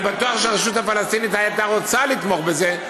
אני בטוח שהרשות הפלסטינית הייתה רוצה לתמוך בזה,